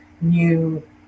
new